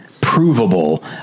provable